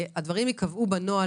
שהדברים ייקבעו בנוהל,